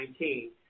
2019